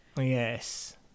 Yes